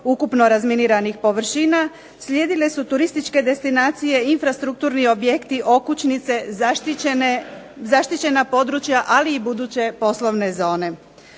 ukupno razminiranih površina, slijedile su turističke destinacije, infrastrukturni objekti, okućnice, zaštićena područja, ali i buduće poslovne zone.